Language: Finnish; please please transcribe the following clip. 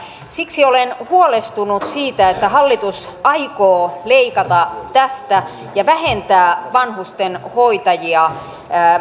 siksi olen huolestunut siitä että hallitus aikoo leikata tästä ja vähentää vanhusten hoitajia